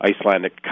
Icelandic